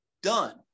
Done